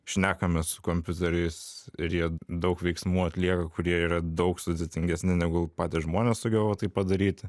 šnekamės su kompiuteriais ir jie daug veiksmų atlieka kurie yra daug sudėtingesni negu patys žmuonės sugeba tai padaryti